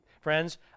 Friends